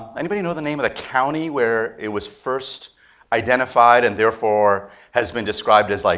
anybody know the name of the county where it was first identified and therefore has been described as, like,